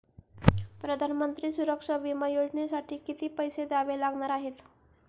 प्रधानमंत्री सुरक्षा विमा योजनेसाठी किती पैसे द्यावे लागणार आहेत?